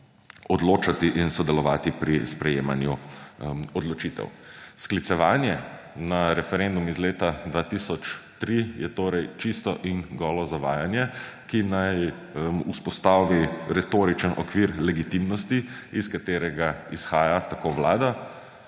odločati in sodelovati pri sprejemanju odločitev. Sklicevanje na referendum iz leta 2003 je torej čisto in golo zavajanje, ki naj vzpostavi retoričen okvir legitimnosti, iz katerega izhaja − tako vlada